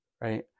right